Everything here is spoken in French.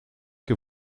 que